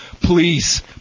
please